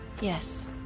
Yes